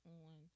on